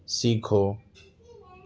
سیکھو